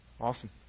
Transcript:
Awesome